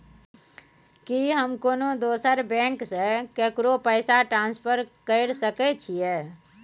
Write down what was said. की हम कोनो दोसर बैंक से केकरो पैसा ट्रांसफर कैर सकय छियै?